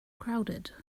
crowded